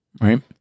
right